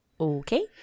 Okay